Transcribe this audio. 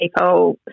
people